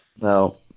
No